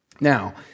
Now